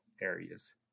areas